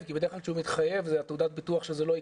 כי בדרך כלל שהוא מתחייב זו תעודת ביטוח שזה לא יקרה.